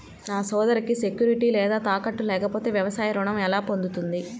నా సోదరికి సెక్యూరిటీ లేదా తాకట్టు లేకపోతే వ్యవసాయ రుణం ఎలా పొందుతుంది?